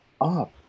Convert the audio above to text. up